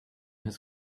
his